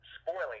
spoiling